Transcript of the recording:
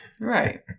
Right